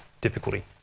difficulty